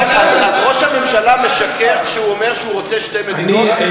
ראש הממשלה משקר כשהוא אומר שהוא רוצה שתי מדינות?